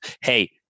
Hey